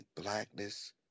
blackness